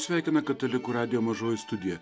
sveikina katalikų radijo mažoji studija